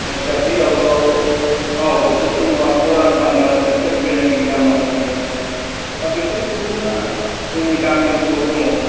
औ दाखोलि आगोलाव औ जथेस्त' नङा खरान थारमोन खोथिया खुबैनाय गैया मानाय गैया दा बेफोर फ्रब्लेमा जोंनि गामि ओनसोलाव दङ